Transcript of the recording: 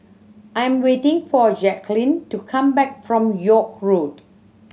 I'm waiting for Jacklyn to come back from York Road